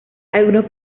algunos